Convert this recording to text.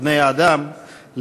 בני-האדם,